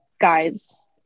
guys